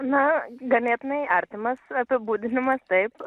na ganėtinai artimas ir apibūdinimas taip